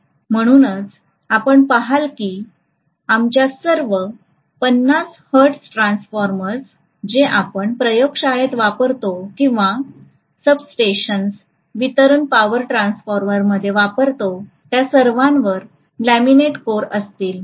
म्हणूनच आपण पहाल की आमच्या सर्व 50 हर्ट्झ ट्रान्सफॉर्मर्स जे आपण प्रयोगशाळेत वापरतो किंवा सबस्टेशन्स वितरण पॉवर ट्रान्सफॉर्मर मध्ये वापरतो त्या सर्वांवर लॅमिनेटेड कोर असतील